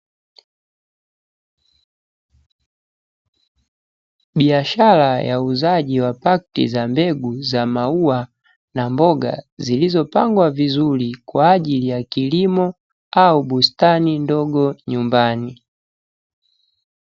Biashara ya uuzaji wa pakiti za mbegu za maua na mboga zilizopangwa vizuri kwa ajili ya kilimo au bustani ndogo nyumbani.